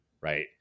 Right